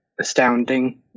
astounding